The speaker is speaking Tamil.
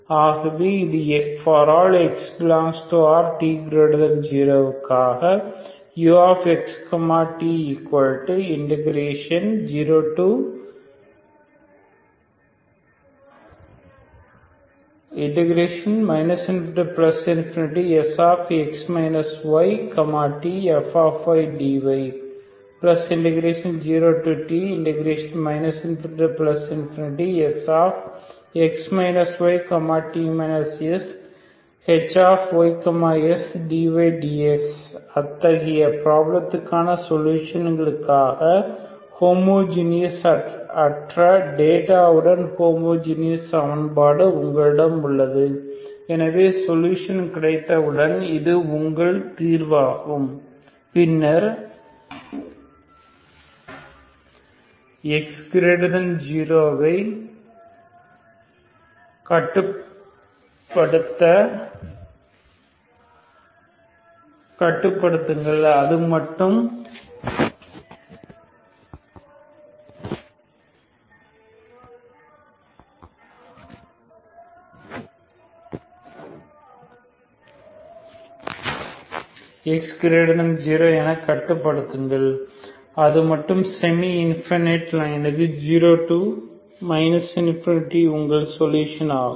ஆகவே இது ∀x∈R t0 க்காக ux t ∞Sx y tfdy0t ∞Sx y t shy sdyds அத்தகைய பிராப்ளத்திற்கான சொல்யூஷனுக்காக ஹோமோஜீனியஸ் அற்ற டேட்டா உடன் ஹோமோஜீனியஸ் சமன்பாடு உங்களிடம் உள்ளது எனவே சொல்யூஷன் கிடைத்தவுடன் இது உங்கள் தீர்வாகும் பின்னர் x 0 ஐ கட்டுப்படுத்துங்கள் அது மட்டுமே செமி இன் ஃபைட் லைன்க்கு 0 ∞உங்கள் சொல்யூஷன் ஆகும்